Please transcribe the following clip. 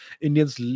Indians